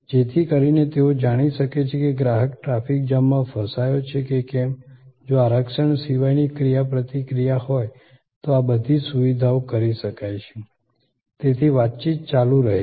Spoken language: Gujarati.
જેથી કરીને તેઓ જાણી શકે કે ગ્રાહક ટ્રાફિક જામમાં ફસાયો છે કે કેમ જો આરક્ષણ સિવાયની ક્રિયાપ્રતિક્રિયા હોય તો આ બધી સુવિધાઓ કરી શકાય છે તેથી વાતચીત ચાલુ રહે છે